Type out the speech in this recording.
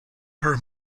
her